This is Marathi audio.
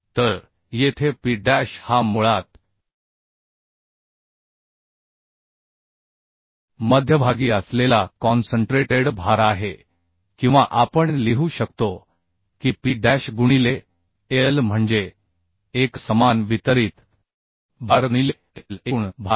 तर येथे P डॅश हा मुळात मध्यभागी असलेला कॉन्सन्ट्रेटेड भार आहे किंवा आपण लिहू शकतो की P डॅश गुणिले L म्हणजे एकसमान वितरित भार गुणिले L एकूण भार